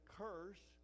curse